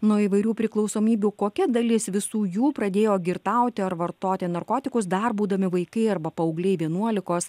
nuo įvairių priklausomybių kokia dalis visų jų pradėjo girtauti ar vartoti narkotikus dar būdami vaikai arba paaugliai vienuolikos